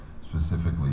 specifically